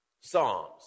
Psalms